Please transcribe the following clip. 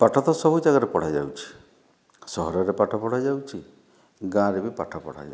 ପାଠ ତ ସବୁ ଜାଗାରେ ପଢ଼ାଯାଉଛି ସହରରେ ପାଠ ପଢ଼ାଯାଉଛି ଗାଁରେ ବି ପାଠ ପଢ଼ାଯାଉଛି